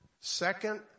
Second